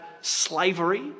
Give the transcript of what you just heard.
slavery